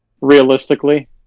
realistically